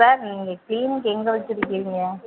sir நீங்கள் clinic எங்கே வச்சுருக்கீங்க